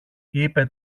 είπε